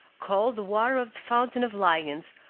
called the water of the fountain of lions,